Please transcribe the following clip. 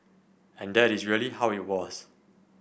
and that is really how it was